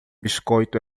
biscoito